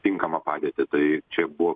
tinkamą padėtį tai čia buvo